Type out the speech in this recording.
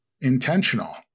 intentional